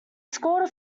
scored